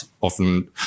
often